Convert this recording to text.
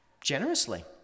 generously